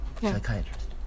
psychiatrist